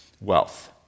wealth